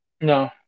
No